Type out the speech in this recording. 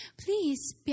please